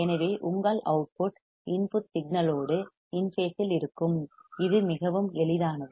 எனவே உங்கள் output input signal load இன் பேசில் இருக்கும் இது மிகவும் எளிதானது